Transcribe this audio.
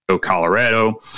colorado